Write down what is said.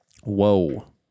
whoa